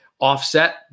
offset